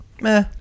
Meh